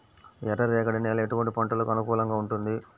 ఎర్ర రేగడి నేల ఎటువంటి పంటలకు అనుకూలంగా ఉంటుంది?